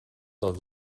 del